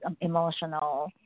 emotional